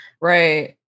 Right